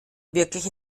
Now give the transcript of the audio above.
wirkliche